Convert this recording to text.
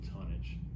tonnage